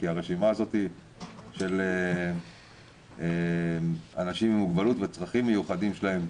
כי הרשימה הזאת של אנשים עם מוגבלות והצרכים המיוחדים שלהם,